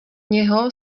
něho